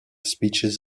speeches